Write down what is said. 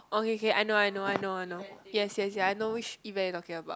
okay kay I know I know I know I know yes yes yes I know which event you talking about